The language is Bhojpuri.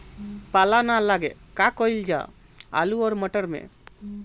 पाला न लागे का कयिल जा आलू औरी मटर मैं?